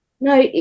No